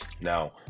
Now